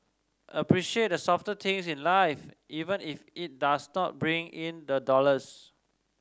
appreciate the softer things in life even if it does not bring in the dollars